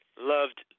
loved